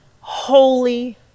holy